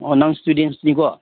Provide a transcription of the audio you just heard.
ꯑꯣ ꯅꯪ ꯏꯁꯇꯨꯗꯦꯟꯁꯅꯤ ꯀꯣ